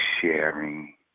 sharing